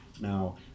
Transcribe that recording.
Now